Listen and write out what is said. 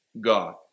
God